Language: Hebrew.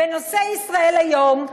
בנושא "ישראל היום",